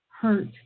hurt